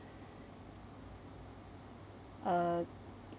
uh